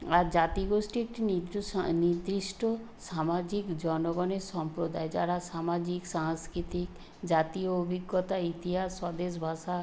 আর জাতিগোষ্ঠী একটি নির্দিষ্ট সামাজিক জনগণের সম্প্রদায় যারা সামাজিক সাংস্কৃতিক জাতীয় অভিজ্ঞতা ইতিহাস স্বদেশ ভাষা